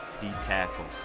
D-Tackle